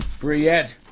Briette